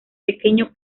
pequeño